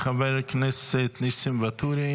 חבר הכנסת ניסים ואטורי